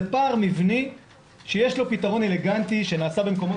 זה פער מבני שיש לו פתרון אלגנטי שנעשה במקומות